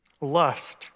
Lust